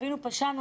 אפילו פשענו.